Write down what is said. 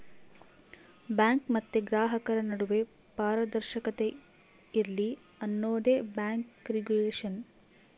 bank ಮತ್ತೆ ಗ್ರಾಹಕರ ನಡುವೆ ಪಾರದರ್ಶಕತೆ ಇರ್ಲಿ ಅನ್ನೋದೇ ಬ್ಯಾಂಕ್ ರಿಗುಲೇಷನ್